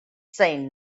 say